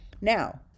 Now